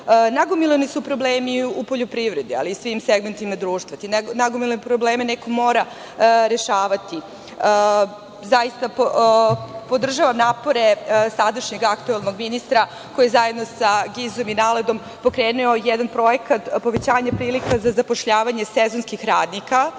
su problemi u poljoprivredi, ali i u svim segmentima društva. Te nagomilane probleme neko mora rešavati. Zaista podržavam napore sadašnjeg aktuelnog ministra koji zajedno sa GIZ-om i NALED-om, pokrenuo je jedan projekat, povećanje prilika za zapošljavanje sezonskih radnika, potpisan